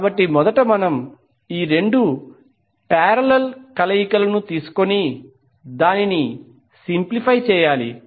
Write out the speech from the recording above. కాబట్టి మొదట మనం ఈ రెండు ప్యారేలాల్ కలయికలను తీసుకొని దానిని సింప్లిఫై చేయాలి